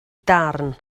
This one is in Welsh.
darn